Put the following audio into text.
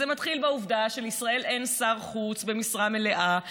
זה מתחיל בעובדה שלישראל אין שר חוץ במשרה מלאה,